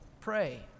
pray